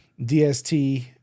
DST